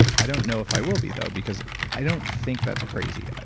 i don't know if i will be, though, because i don't think that's crazy.